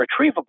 retrievable